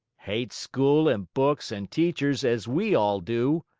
hate school and books and teachers, as we all do.